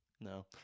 No